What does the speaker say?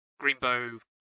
Greenbow